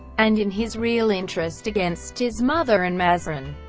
and in his real interest against his mother and mazarin.